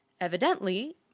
Evidently